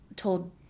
told